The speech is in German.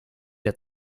der